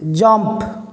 jump